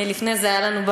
לפני זה היה לנו,